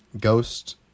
Ghost